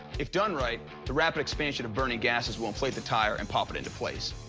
if done right, the rapid expansion of burning gasses will inflate the tire and pop it into place.